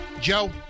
Joe